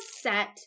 set